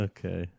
Okay